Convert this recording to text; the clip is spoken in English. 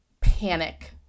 panic